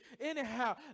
anyhow